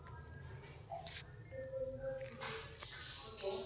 ATM ಬದಲ್ ಮಾಡ್ಲಿಕ್ಕೆ ಅರ್ಜಿ ಬರ್ದ್ ಕೊಡ್ಬೆಕ